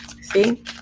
see